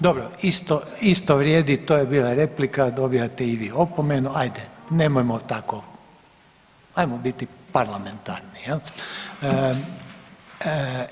Dobro, isto, isto vrijedi to je bila replika dobijate i vi opomenu, ajde nemojmo tako, ajmo biti parlamentarni jel.